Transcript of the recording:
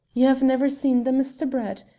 you have never seen them, mr. brett?